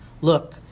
Look